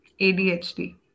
ADHD